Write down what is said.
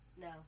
No